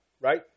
right